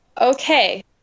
okay